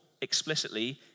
explicitly